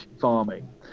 farming